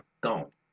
Gone